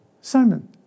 Simon